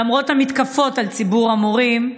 למרות המתקפות על ציבור המורים,